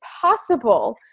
possible